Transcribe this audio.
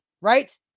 right